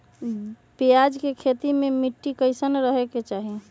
प्याज के खेती मे मिट्टी कैसन रहे के चाही?